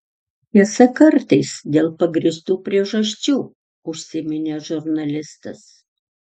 tiesa kartais dėl pagrįstų priežasčių užsiminė žurnalistas